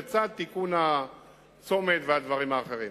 לצד תיקון הצומת והדברים האחרים.